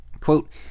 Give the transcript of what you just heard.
Quote